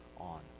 on